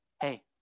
Hey